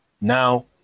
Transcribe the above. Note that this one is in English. now